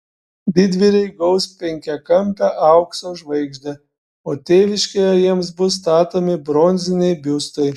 didvyriai gaus penkiakampę aukso žvaigždę o tėviškėje jiems bus statomi bronziniai biustai